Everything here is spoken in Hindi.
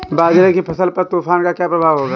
बाजरे की फसल पर तूफान का क्या प्रभाव होगा?